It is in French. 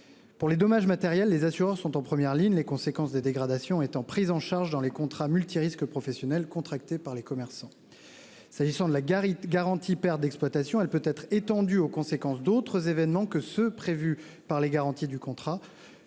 les dommages matériels, les assureurs sont en première ligne, les conséquences des dégradations étant prises en charge dans les contrats multirisques professionnels contractés par les commerçants. Quant à la garantie des pertes d'exploitation, elle peut être étendue aux conséquences d'autres événements que ceux qui sont prévus dans le contrat,